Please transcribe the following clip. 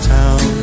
town